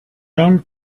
young